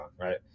right